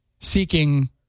seeking